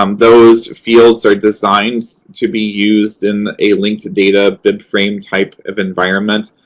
um those fields are designed to be used in a linked data bibframe type of environment.